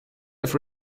have